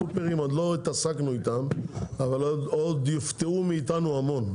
עוד לא התעסקנו עם הסופרים בנושא אבל עוד יופתעו מאיתנו המון,